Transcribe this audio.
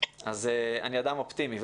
אני אדם אופטימי,